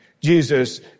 jesus